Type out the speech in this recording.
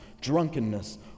drunkenness